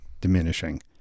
diminishing